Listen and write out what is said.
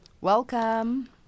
Welcome